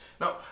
Now